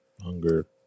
Hunger